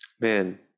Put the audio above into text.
Man